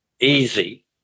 easy